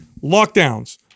Lockdowns